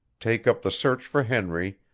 take up the search for henry,